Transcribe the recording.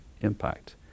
impact